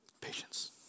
Patience